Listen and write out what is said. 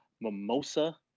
mimosa